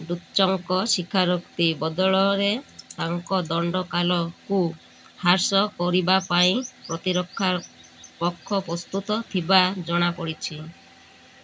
ଡୁଚ୍ଚଙ୍କ ସ୍ୱୀକାରୋକ୍ତି ବଦଳରେ ତାଙ୍କ ଦଣ୍ଡ କାଳକୁ ହ୍ରାସ କରିବା ପାଇଁ ପ୍ରତିରକ୍ଷା ପକ୍ଷ ପ୍ରସ୍ତୁତ ଥିବା ଜଣାପଡ଼ିଛି